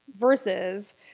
Versus